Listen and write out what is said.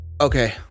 Okay